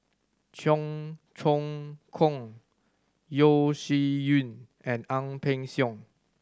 Cheong Choong Kong Yeo Shih Yun and Ang Peng Siong